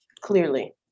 Clearly